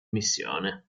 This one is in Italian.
missione